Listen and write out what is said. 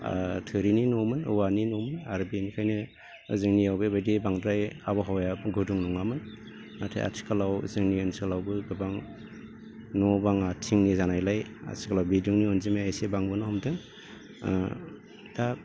आ थोरिनि न'मोन औवानि न'मोन आरो बेनिखायनो जोंनियाव बेबायदि बांद्राय आबहावाया गुदुं नङामोन नाथाय आथिखालाव जोंनि ओनसोलावबो गोबां न' बाङा थिंनि जानायलाय आथिखालाव बिदुंनि अनजिमाया एसे बांबोनो हमदों ओ दा